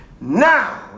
Now